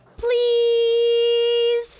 Please